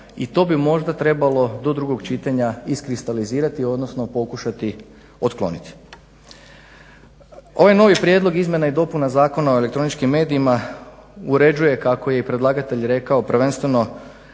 i to bi možda trebalo do drugog čitanja iskristalizirati, odnosno pokušati otkloniti. Ovaj novi Prijedlog izmjena i dopuna Zakona o elektroničkim medijima uređuje kako je i predlagatelj rekao prvenstveno